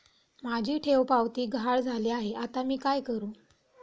माझी ठेवपावती गहाळ झाली आहे, आता मी काय करु?